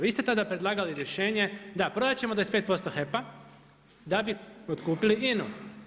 Vi ste tada predlagali rješenje da prodat ćemo 25% HEP-a da bi otkupili INA-u.